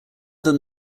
than